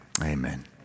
Amen